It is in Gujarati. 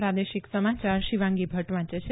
પ્રાદેશિક સમાયાર શિવાંગી ભદ્દ વાંચે છે